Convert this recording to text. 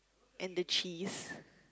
and the cheese